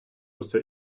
усе